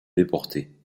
déportés